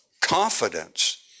confidence